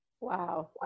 Wow